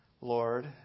Lord